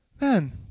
man